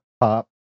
pop